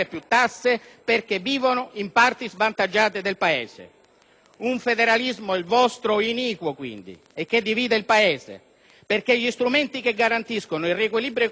un federalismo iniquo, che divide il Paese perché gli strumenti che garantiscono il riequilibrio economico e sociale tra Nord e Sud sono a copertura incerta,